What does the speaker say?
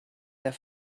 der